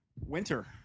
Winter